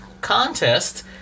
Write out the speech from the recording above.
contest